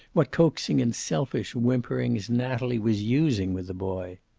what coaxing and selfish whimperings natalie was using with the boy.